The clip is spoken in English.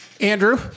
Andrew